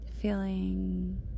feeling